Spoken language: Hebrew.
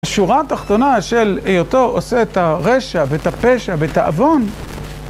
השורה התחתונה של היותו עושה את הרשע, ואת הפשע, ואת העוון.